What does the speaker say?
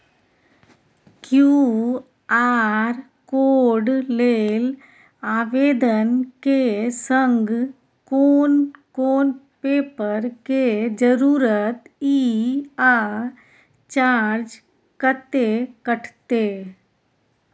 QR code लेल आवेदन के संग कोन कोन पेपर के जरूरत इ आ चार्ज कत्ते कटते?